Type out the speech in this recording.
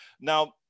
now